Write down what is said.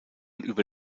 über